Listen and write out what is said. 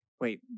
wait